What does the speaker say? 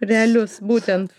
realius būtent